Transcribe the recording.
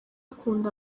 akunda